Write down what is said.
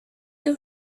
you